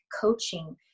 coaching